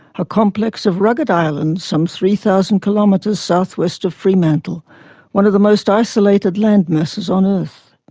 a complex of rugged islands some three thousand kilometres southwest of fremantle one of the most isolated landmasses on earth.